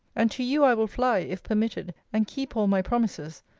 and to you i will fly, if permitted, and keep all my promises,